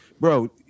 Bro